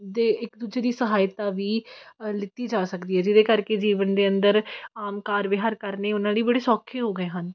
ਅਤੇ ਇੱਕ ਦੂਜੇ ਦੀ ਸਹਾਇਤਾ ਵੀ ਲਿੱਤੀ ਜਾ ਸਕਦੀ ਹੈ ਜਿਹਦੇ ਕਰਕੇ ਜੀਵਨ ਦੇ ਅੰਦਰ ਆਮ ਕਾਰ ਵਿਹਾਰ ਕਰਨੇ ਉਹਨਾਂ ਲਈ ਬੜੇ ਸੌਖੇ ਹੋ ਗਏ ਹਨ